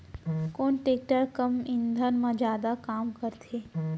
कोन टेकटर कम ईंधन मा जादा काम करथे?